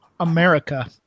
America